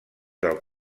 del